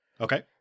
Okay